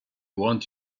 want